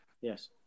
Yes